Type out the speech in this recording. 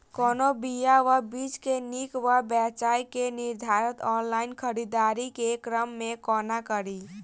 कोनों बीया वा बीज केँ नीक वा बेजाय केँ निर्धारण ऑनलाइन खरीददारी केँ क्रम मे कोना कड़ी?